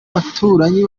baturanyi